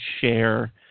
share